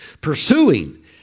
pursuing